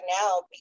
now